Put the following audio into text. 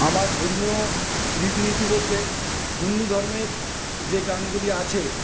আমার ধর্মীয় রীতিনীতি বলতে হিন্দু ধর্মের যে গানগুলি আছে